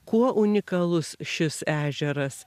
kuo unikalus šis ežeras